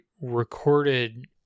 recorded